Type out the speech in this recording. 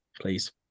please